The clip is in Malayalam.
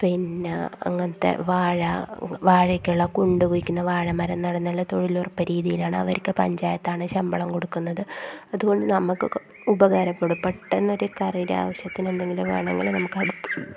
പിന്നെ അങ്ങനത്തെ വാഴ വാഴയ്ക്കുള്ള കുണ്ട് കുഴിക്കുന്നത് വാഴ മരം നടുന്നതെല്ലാം തൊഴിലുറപ്പ് രീതിയിലാണ് അവർക്ക് പഞ്ചായത്താണ് ശമ്പളം കൊടുക്കുന്നത് അതുകൊണ്ട് നമുക്കൊക്കെ ഉപകാരപ്പെടും പെട്ടെന്നൊരു കറിയുടെ ആവശ്യത്തിന് എന്തെങ്കിലും വേണമെങ്കിൽ നമുക്ക് അടുത്ത്